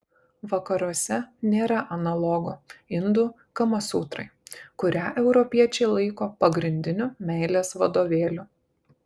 vakaruose nėra analogo indų kamasutrai kurią europiečiai laiko pagrindiniu meilės vadovėliu